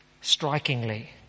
strikingly